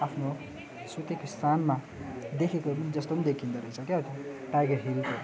आफ्नो सुतेको स्थानमा देखेको पनि जस्तो पनि देखिँदोरहेछ क्या त्यो टाइगर हिल